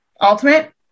Ultimate